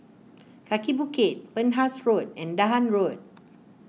Kaki Bukit Penhas Road and Dahan Road